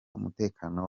umutekano